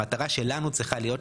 המטרה שלנו צריכה להיות,